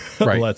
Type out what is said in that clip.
right